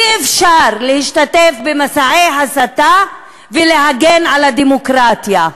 אי-אפשר להשתתף במסעי הסתה ולהגן על הדמוקרטיה.